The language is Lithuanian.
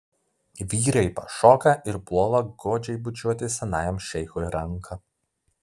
vyrai pašoka ir puola godžiai bučiuoti senajam šeichui ranką